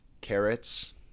carrots